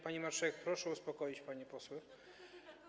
Pani marszałek, proszę uspokoić panią poseł.